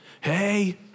hey